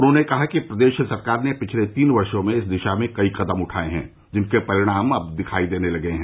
उन्होंने कहा कि प्रदेश सरकार ने पिछले तीन वर्षों में इस दिशा में कई कदम उठाए हैं जिनके परिणाम भी अब दिखायी देने लगे हैं